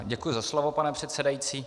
Děkuji za slovo, pane předsedající.